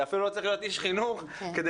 אפילו לא צריך להיות איש חינוך כדי